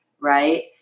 right